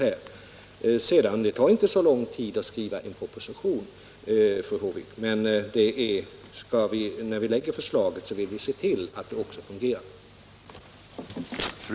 Det tar naturligtvis inte så lång tid att skriva en proposition, fru Håvik, men när vi lägger förslaget vill vi se att det också fungerar.